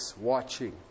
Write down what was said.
watching